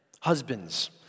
husbands